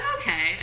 okay